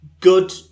Good